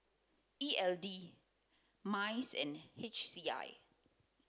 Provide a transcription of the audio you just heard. E L D MICE and H C I